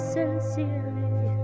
sincerely